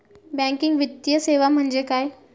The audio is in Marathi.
बँकिंग वित्तीय सेवा म्हणजे काय?